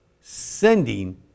sending